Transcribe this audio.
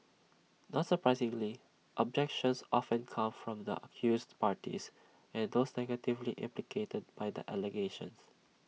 not surprisingly objections often come from the accused parties and those negatively implicated by the allegations